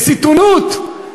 בסיטונות,